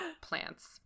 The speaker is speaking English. plants